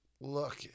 look